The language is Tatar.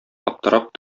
аптырап